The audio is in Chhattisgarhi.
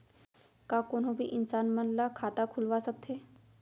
का कोनो भी इंसान मन ला खाता खुलवा सकथे?